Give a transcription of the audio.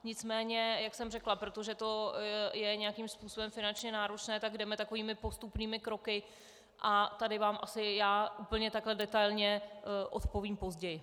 Nicméně jak jsem řekla, protože to je nějakým způsobem finančně náročné, tak jdeme takovými postupnými kroky, a tady vám asi já úplně takhle detailně odpovím později.